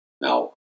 Now